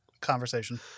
conversation